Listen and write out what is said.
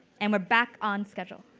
and we're back on schedule.